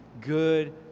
good